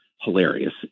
hilarious